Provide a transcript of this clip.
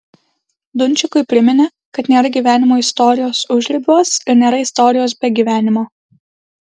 dunčikui priminė kad nėra gyvenimo istorijos užribiuos ir nėra istorijos be gyvenimo